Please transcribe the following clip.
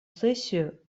сессию